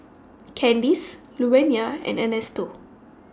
Candis Luvenia and Ernesto